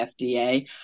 FDA